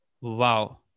Wow